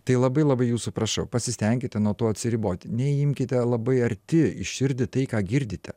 tai labai labai jūsų prašau pasistenkite nuo to atsiriboti neimkite labai arti į širdį tai ką girdite